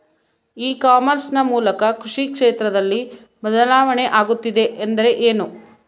E commerce ನ ಮೂಲಕ ಕೃಷಿ ಕ್ಷೇತ್ರದಲ್ಲಿ ಬದಲಾವಣೆ ಆಗುತ್ತಿದೆ ಎಂದರೆ ಏನು?